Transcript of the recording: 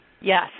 Yes